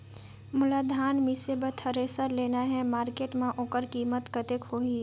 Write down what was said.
मोला धान मिसे बर थ्रेसर लेना हे मार्केट मां होकर कीमत कतेक होही?